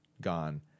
gone